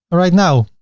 right now,